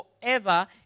forever